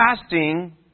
fasting